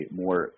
more